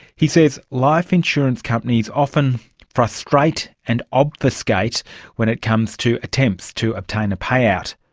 he says life insurance companies often frustrate and obfuscate when it comes to attempts to obtain a payout.